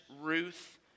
Ruth